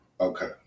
Okay